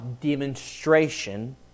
demonstration